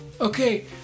Okay